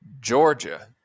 Georgia